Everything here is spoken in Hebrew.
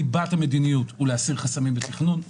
ליבת המדיניות היא להסיר חסמים בתכנון,